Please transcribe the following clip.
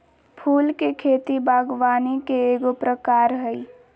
फूल के खेती बागवानी के एगो प्रकार हइ